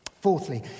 Fourthly